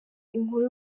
inkuru